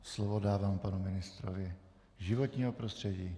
Slovo dávám panu ministrovi životního prostředí.